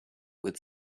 with